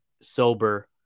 sober